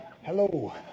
Hello